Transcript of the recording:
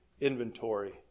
inventory